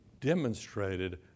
demonstrated